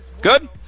good